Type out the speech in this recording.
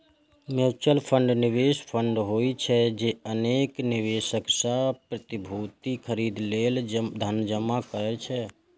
mutual fund निवेश fund होइ छै, जे अनेक निवेशक सं प्रतिभूति खरीदै लेल धन जमा करै छै